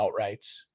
outrights